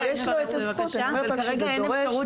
אז רגע,